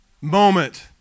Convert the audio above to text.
moment